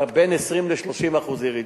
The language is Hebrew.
בין 20% ל-30% ירידות.